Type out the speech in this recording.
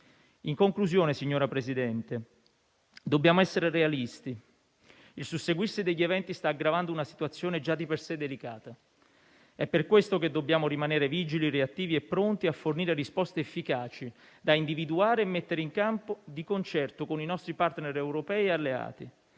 In conclusione, signora Presidente, dobbiamo essere realisti: il susseguirsi degli eventi sta aggravando una situazione già di per sé delicata. È per questo che dobbiamo rimanere vigili, reattivi e pronti a fornire risposte efficaci da individuare e mettere in campo di concerto con i nostri *partner* europei e alleati.